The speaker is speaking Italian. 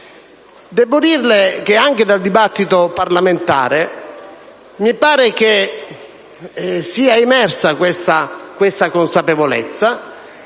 Debbo dire che anche dal dibattito parlamentare pare essere emersa questa consapevolezza,